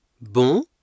bon